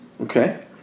Okay